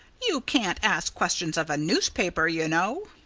you can't ask questions of a newspaper, you know.